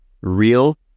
real